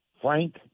Frank